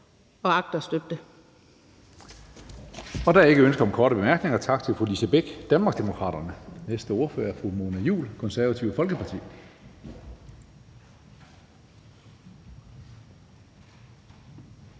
(Karsten Hønge): Der er ikke ønske om korte bemærkninger. Tak til fru Lise Bech, Danmarksdemokraterne. Næste ordfører er fru Mona Juul, Det Konservative Folkeparti.